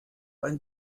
ein